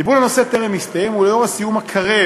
ליבון הנושא טרם הסתיים, ולאור הסיום הקרב